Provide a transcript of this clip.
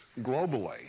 globally